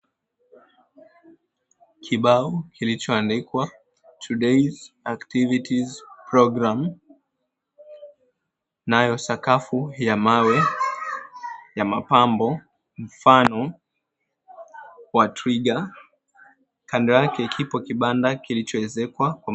Kibao kilichoandikwa "Today’s activities programme" nayo sakafu ya mawe ya mapambo mfano wa twiga. Kando yake kipo kibanda kilichoezekwa.